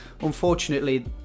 unfortunately